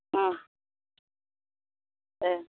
ओं